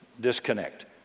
disconnect